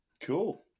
Cool